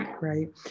right